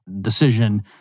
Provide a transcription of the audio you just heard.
decision